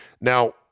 Now